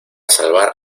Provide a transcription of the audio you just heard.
salvar